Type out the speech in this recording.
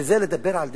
וזה לדבר על דמוקרטיה?